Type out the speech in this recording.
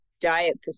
diet